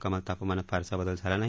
कमाल तापमानात फारसा बदल झाला नाही